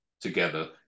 together